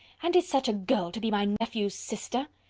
and is such a girl to be my nephew's sister?